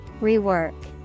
Rework